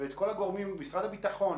משרד הביטחון,